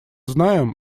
знаем